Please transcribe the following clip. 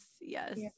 Yes